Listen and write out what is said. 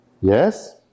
Yes